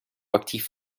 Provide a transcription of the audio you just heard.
actief